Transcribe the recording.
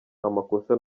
amakosa